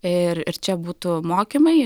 ir čia būtų mokymai